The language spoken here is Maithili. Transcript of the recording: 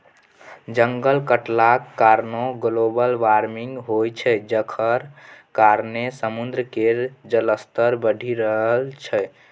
जंगल कटलाक कारणेँ ग्लोबल बार्मिंग होइ छै जकर कारणेँ समुद्र केर जलस्तर बढ़ि रहल छै